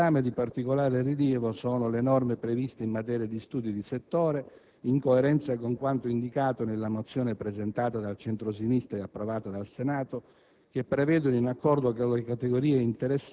Inoltre, nel decreto al nostro esame, di particolare rilievo, sono le norme previste in materia di studi di settore, in coerenza con quanto indicato nella mozione presentata dal centro-sinistra ed approvata dal Senato,